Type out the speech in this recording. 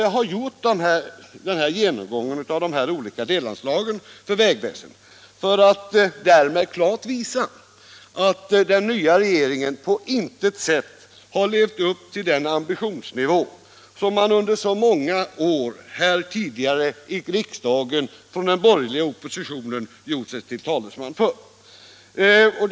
Jag.har gjort denna genomgång av de olika delanslagen för vägväsendet för att därmed klart visa att den nya regeringen på intet sätt har levt upp till den ambitionsnivå som den tidigare borgerliga oppositionen under så många år gjort sig till talesman för.